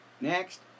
next